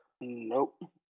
Nope